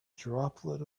droplet